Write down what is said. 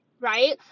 right